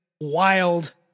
wild